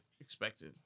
expected